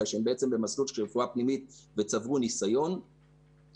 אלא שהם בעצם במסלול של רפואה פנימית וצברו ניסיון וידע.